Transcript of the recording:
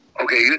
Okay